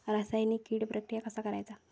रासायनिक कीड प्रक्रिया कसा करायचा?